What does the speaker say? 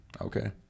Okay